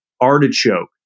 artichoke